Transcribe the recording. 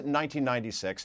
1996